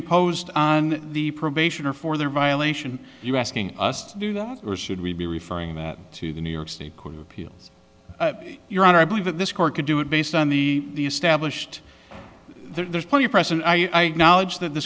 imposed on the probation or for their violation you asking us to do or should we be referring that to the new york state court of appeals your honor i believe that this court could do it based on the the established there's plenty of precedent i knowledge that th